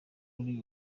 wari